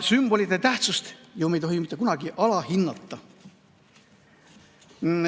Sümbolite tähtsust ei tohi mitte kunagi alahinnata. Jüri